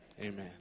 Amen